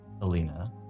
Alina